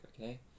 okay